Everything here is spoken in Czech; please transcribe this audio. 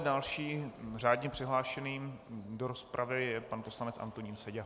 Dalším řádně přihlášeným do rozpravy je pan poslanec Antonín Seďa.